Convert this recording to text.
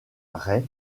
rey